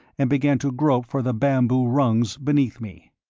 and began to grope for the bamboo rungs beneath me.